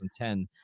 2010